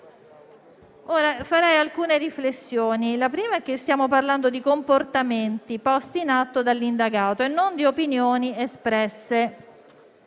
fare alcune riflessioni, la prima delle quali è che stiamo parlando di comportamenti posti in atto dall'indagato e non di opinioni espresse.